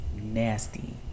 nasty